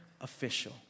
official